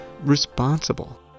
responsible